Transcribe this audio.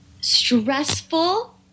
stressful